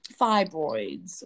fibroids